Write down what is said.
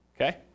okay